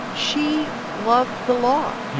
she loved the law.